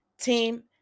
Team